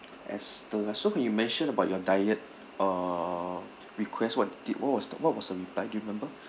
esther so when you mentioned about your diet uh request what did what was the what was the reply do you remember